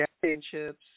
Championships